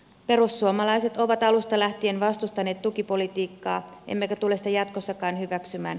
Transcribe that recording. perussuomalaiset ovat alusta lähtien vastustaneet tukipolitiikkaa emmekä tule sitä jatkossakaan hyväksymään